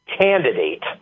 candidate